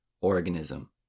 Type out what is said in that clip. organism